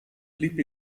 blieb